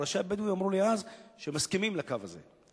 ראשי הבדואים אמרו לי אז שהם מסכימים לקו הזה.